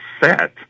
set